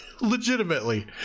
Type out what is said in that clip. Legitimately